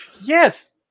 Yes